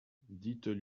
dites